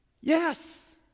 Yes